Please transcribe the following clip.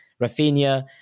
Rafinha